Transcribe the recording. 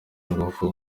ingufu